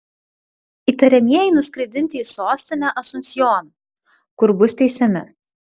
įtariamieji nuskraidinti į sostinę asunsjoną kur bus teisiami